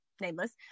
nameless